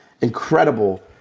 incredible